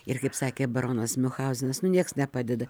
ir kaip sakė baronas miunchauzenas nu nieks nepadeda